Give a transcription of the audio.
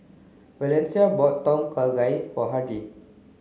Valencia bought Tom Kha Gai for Hardie